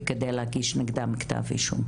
אלא גם לטפל במי שנשאר מאחורה.